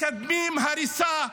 מקדמים הריסה,